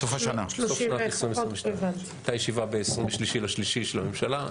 סוף שנת 2022. הייתה ישיבה ב-23 במרס של הממשלה,